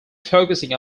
focusing